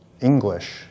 English